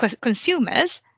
consumers